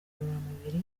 ngororamubiri